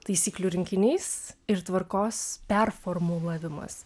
taisyklių rinkinys ir tvarkos performulavimas